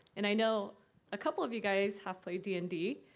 and i know a couple of you guys have played d and d.